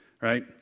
Right